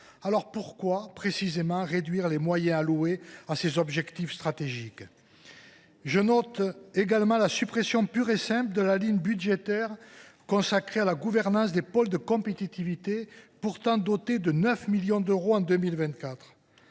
Alors, pourquoi réduire précisément les moyens alloués à ces objectifs stratégiques ? Je note également la suppression pure et simple de la ligne budgétaire consacrée à la gouvernance des pôles de compétitivité, pourtant dotée de 9 millions d’euros en 2024.